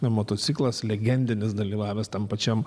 motociklas legendinis dalyvavęs tam pačiam